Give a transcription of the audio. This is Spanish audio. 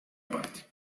parte